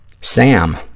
Sam